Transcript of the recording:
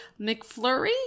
McFlurry